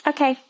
Okay